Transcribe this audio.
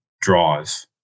drive